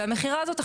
והמכירה הזאת,